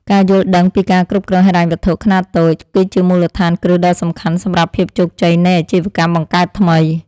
ការយល់ដឹងពីការគ្រប់គ្រងហិរញ្ញវត្ថុខ្នាតតូច គឺជាមូលដ្ឋានគ្រឹះដ៏សំខាន់សម្រាប់ភាពជោគជ័យនៃអាជីវកម្មបង្កើតថ្មី។